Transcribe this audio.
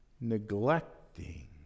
neglecting